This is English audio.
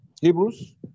Hebrews